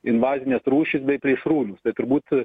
invazines rūšis bei plėšrūnus tai turbūt